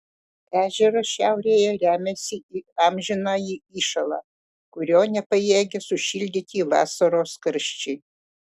ežeras šiaurėje remiasi į amžinąjį įšąlą kurio nepajėgia sušildyti vasaros karščiai